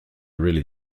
really